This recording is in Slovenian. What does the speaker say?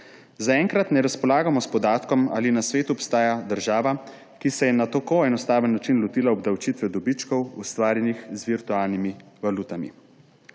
Zaenkrat ne razpolagamo s podatkom, ali na svetu obstaja država, ki se je na tako enostaven način lotila obdavčitve dobičkov, ustvarjenih z virtualnimi valutami.